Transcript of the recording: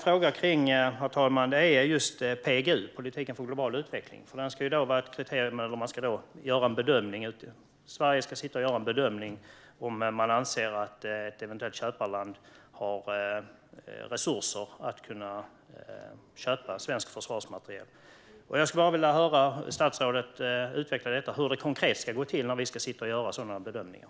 Jag vill fråga om just PGU, politiken för global utveckling. Det ska vara ett kriterium när Sverige ska göra en bedömning av om ett eventuellt köparland har resurser för att kunna köpa svensk försvarsmateriel. Jag vill att statsrådet utvecklar hur det ska gå till, rent konkret, när vi ska göra sådana bedömningar.